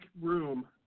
room